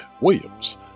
williams